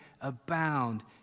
abound